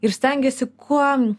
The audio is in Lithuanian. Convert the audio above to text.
ir stengiasi kuo